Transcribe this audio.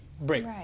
break